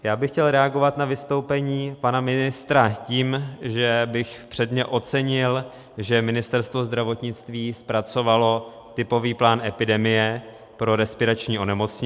Já bych chtěl reagovat na vystoupení pana ministra tím, že bych předně ocenil, že Ministerstvo zdravotnictví zpracovalo typový plán epidemie pro respirační onemocnění.